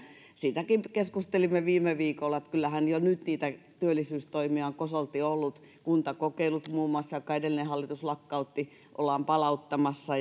siitäkin keskustelimme viime viikolla että kyllähän jo nyt niitä työllisyystoimia on kosolti ollut muun muassa kuntakokeilut jotka edellinen hallitus lakkautti ollaan palauttamassa